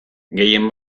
gehien